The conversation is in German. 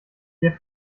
wir